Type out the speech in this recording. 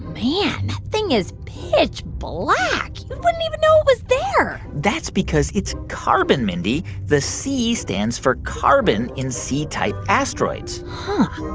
man, that thing is pitch-black. you wouldn't even know it was there that's because it's carbon, mindy. the c stands for carbon in c-type asteroids huh.